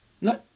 No